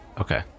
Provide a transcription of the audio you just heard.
Okay